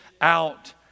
out